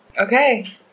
Okay